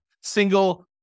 single